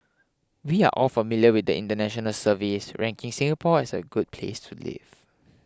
we're all familiar with the international surveys ranking Singapore as a good place to live